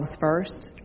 first